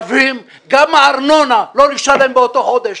גם הארנונה, לא לשלם באותו חודש.